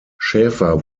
schäfer